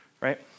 right